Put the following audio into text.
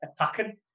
attacking